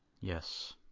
Yes